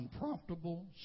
unpromptable